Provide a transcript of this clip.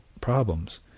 problems